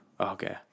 Okay